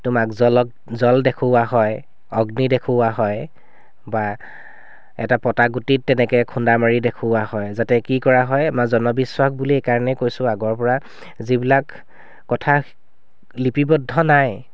তোমাক জলক জল দেখুওৱা হয় অগ্নি দেখুওৱা হয় বা এটা পতা গুটিত তেনেকৈ খুন্দা মাৰি দেখুওৱা হয় যাতে কি কৰা হয় আমাৰ জনবিশ্বাস বুলি এইকাৰণে কৈছোঁ আগৰপৰা যিবিলাক কথা লিপিবদ্ধ নাই